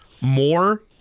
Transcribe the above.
more